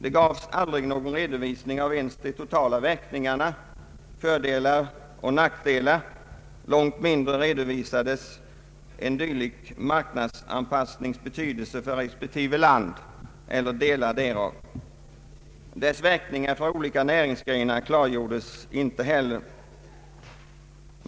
Det gavs aldrig någon redovisning av ens de totala verkningarna, fördelar och nackdelar, långt mindre redovisades en dylik marknadsanpassnings betydelse för respektive land eller delar därav. Dess verkningar för olika nä Nr 21 101 Ang. Sveriges utrikesoch handelspolitik ringsgrenar klargjordes inte heller.